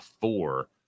four